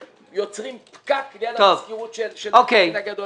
יוצרים פקק ליד המזכירות של בית הדין הגדול,